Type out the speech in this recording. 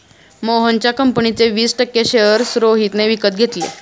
मोहनच्या कंपनीचे वीस टक्के शेअर्स रोहितने विकत घेतले